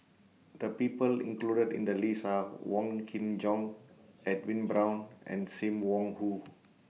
The People included in The list Are Wong Kin Jong Edwin Brown and SIM Wong Hoo